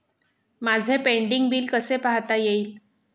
माझे pending bill कसे पाहता येईल?